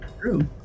True